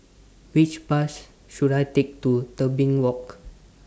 Which Bus should I Take to Tebing Walk